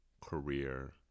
career